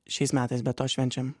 šiais metais be to švenčiam